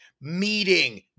meeting